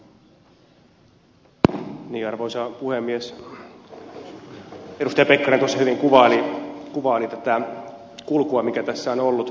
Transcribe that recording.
edustaja pekkarinen tuossa hyvin kuvaili tätä kulkua mikä tässä on ollut